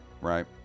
right